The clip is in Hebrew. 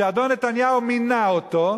שאדון נתניהו מינה אותו,